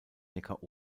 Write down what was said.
neckar